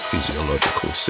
physiological